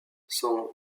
son